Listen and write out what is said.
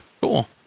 cool